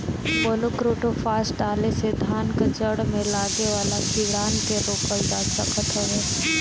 monocrotophos डाले से धान कअ जड़ में लागे वाला कीड़ान के रोकल जा सकत हवे